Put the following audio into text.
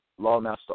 Lawmaster